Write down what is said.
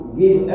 give